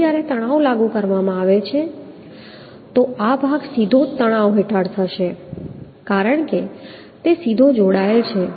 હવે જ્યારે તણાવ બળ લાગુ કરવામાં આવે છે તો આ ભાગ સીધો જ તણાવ હેઠળ હશે કારણ કે તે સીધો જોડાયેલ છે